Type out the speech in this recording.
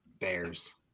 Bears